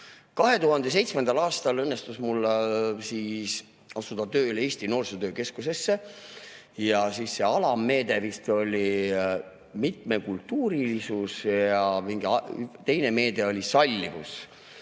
2007. aastal õnnestus mul asuda tööle Eesti Noorsootöö Keskusesse ja siis see alammeede vist oli mitmekultuurilisus ja mingi teine meede oli sallivus.